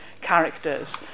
characters